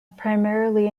primarily